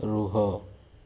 ରୁହ